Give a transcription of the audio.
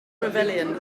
rebellion